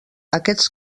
aquests